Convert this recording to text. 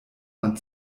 man